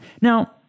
Now